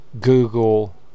Google